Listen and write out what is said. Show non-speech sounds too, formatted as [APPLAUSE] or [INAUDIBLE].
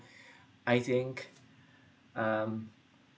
[BREATH] I think um